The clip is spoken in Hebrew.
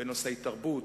בנושאי תרבות,